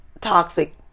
toxic